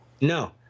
no